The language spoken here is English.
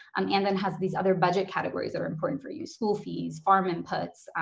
um and then has these other budget categories that are important for you. school fees, farm inputs,